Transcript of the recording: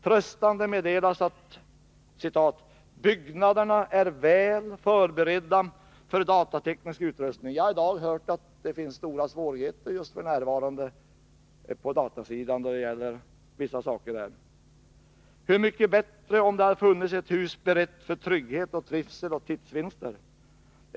Som en tröst meddelas att ”byggnaderna är väl förberedda för datateknisk utrustning”. Jag har i dag hört att det f. n. finns stora svårigheter när det gäller vissa saker på just datasidan. Hur mycket bättre hade det inte varit om det hade funnits ett hus berett för trygghet, trivsel och tidsvinster?